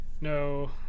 no